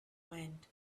wind